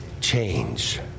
change